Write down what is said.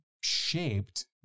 shaped